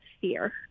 fear